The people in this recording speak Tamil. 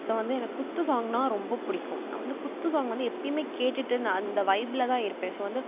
ஸோ வந்து எனக்கு குத்து சாங்குனா ரொம்ப பிடிக்கும் நான் வந்து குத்து சாங் வந்து எப்பயுமே கேட்டுட்டு நான் அந்த வைபில் தான் இருப்பேன் ஸோ வந்து